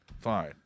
fine